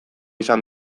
izan